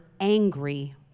angry